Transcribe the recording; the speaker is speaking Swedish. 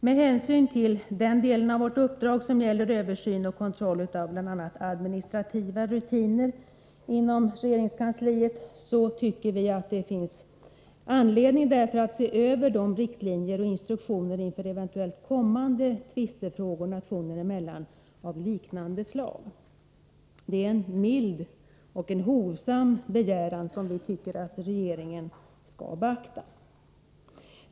Med hänsyn till den del av vårt uppdrag som gäller översyn och kontroll av bl.a. administrativa rutiner inom regeringskansliet tycker vi att det finns anledning att se över riktlinjer och instruktioner inför eventuellt kommande tvistefrågor av liknande slag nationer emellan. Det är en mild och hovsam begäran som vi tycker att regeringen skall beakta.